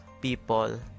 people